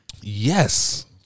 Yes